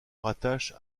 rattache